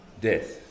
Death